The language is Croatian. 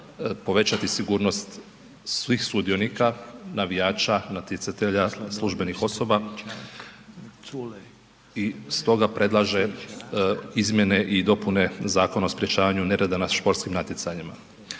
povećati sigurnost svih sudionika, navijača, natjecatelja, službenih osoba i stoga predlaže izmjene i dopune Zakona o sprječavanju nereda na športskim natjecanjima.